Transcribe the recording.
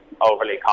overly